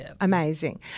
amazing